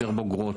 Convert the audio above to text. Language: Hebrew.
יותר בוגרות,